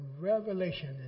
Revelation